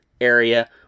area